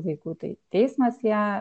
vaikų tai teismas ją